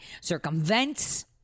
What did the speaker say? circumvents